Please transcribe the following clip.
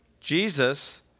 Jesus